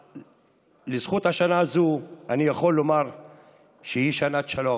אך לזכות השנה הזאת אני יכול לומר שהיא שנת שלום.